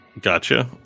Gotcha